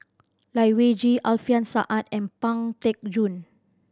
Lai Weijie Alfian Sa'at and Pang Teck Joon